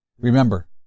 Remember